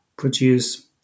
produce